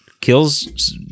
kills